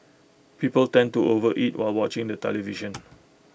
people tend to overeat while watching the television